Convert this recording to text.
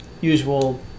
usual